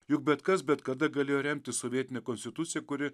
juk bet kas bet kada galėjo remtis sovietine konstitucija kuri